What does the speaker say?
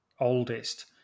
oldest